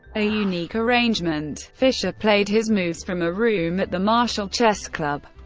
a unique arrangement fischer played his moves from a room at the marshall chess club,